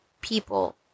people